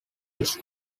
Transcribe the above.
its